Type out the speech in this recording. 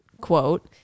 quote